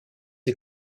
est